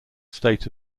state